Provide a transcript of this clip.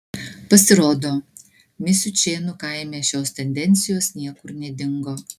pasirodo misiučėnų kaime šios tendencijos niekur nedingo